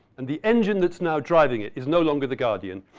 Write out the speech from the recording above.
and the engine that's now driving it is no longer the guardian.